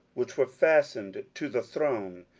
which were fastened to the throne,